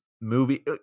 movie